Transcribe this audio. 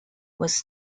was